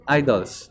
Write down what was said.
idols